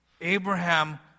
Abraham